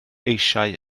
eisiau